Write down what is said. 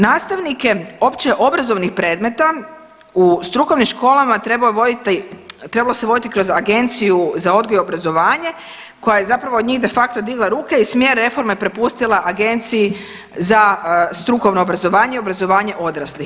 Nastavnike opće obrazovnih predmeta u strukovnim školama trebalo se voditi kroz Agenciju za odgoj i obrazovanje koja je zapravo od njih de facto digla ruke i smjer reforme prepustila Agenciji za strukovno obrazovanje i obrazovanje odraslih.